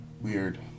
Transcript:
Weird